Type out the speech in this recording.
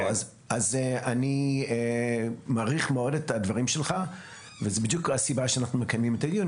אני מעריך מאוד את הדברים שלך וזו בדיוק הסיבה שאנחנו מקיימים את הדיון,